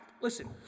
Listen